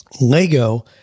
Lego